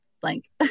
blank